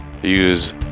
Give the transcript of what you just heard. Use